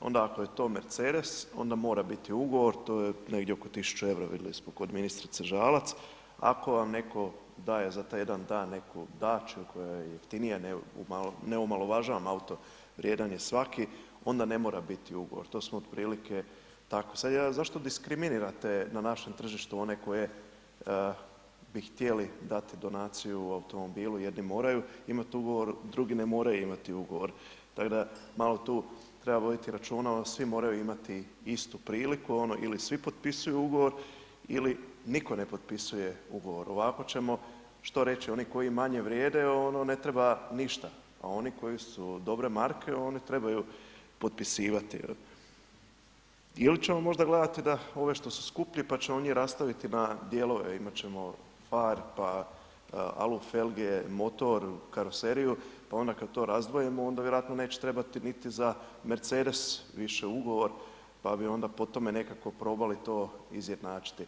onda ako je to Mercedes onda mora biti ugovor, to je negdje oko 1.000,00 EUR-a, vidjeli smo kod ministrice Žalac, ako vam netko daje za taj jedan dan neku dachia koja je jeftinija, neomaložavam auto, vrijedan je svaki, onda ne mora biti ugovor, to smo otprilike tako, sad ja, zašto diskriminirate na našem tržištu one koje bi htjeli dati donaciju automobilu, jedni moraju imat ugovor, drugi ne moraju imati ugovor, tako da malo tu treba voditi računa, svi moraju imati istu priliku, ili svi potpisuju ugovor ili nitko ne potpisuje ugovor, ovako ćemo, što reći, oni koji manje vrijede, ne treba ništa, a oni koji su dobre marke, oni trebaju potpisivati, il ćemo možda gledati da ove koji su skuplji pa ćemo njih rastaviti na dijelove, imat ćemo far, pa alufelge, motor, karoseriju, pa onda kad to razdvojimo onda vjerojatno neće trebati niti za Mercedes više ugovor, pa bi onda po tome nekako probali to izjednačiti.